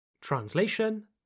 Translation